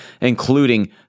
including